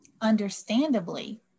Understandably